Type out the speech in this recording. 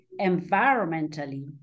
environmentally